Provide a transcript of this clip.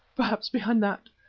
perhaps behind that,